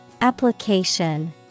Application